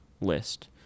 list